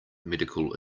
medical